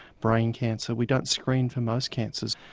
brain cancer. we don't screen for most cancers.